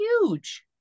huge